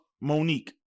Monique